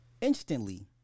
instantly